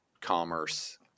commerce